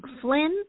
Flynn